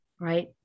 right